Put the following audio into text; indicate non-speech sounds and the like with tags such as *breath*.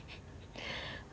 *breath*